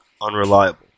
unreliable